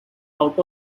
out